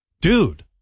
dude